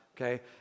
okay